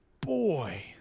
boy